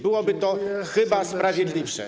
Byłoby to chyba sprawiedliwsze.